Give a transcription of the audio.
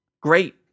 Great